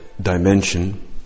dimension